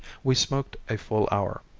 we smoked a full hour,